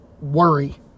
worry